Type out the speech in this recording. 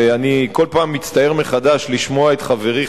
ואני כל פעם מצטער מחדש לשמוע את חברי,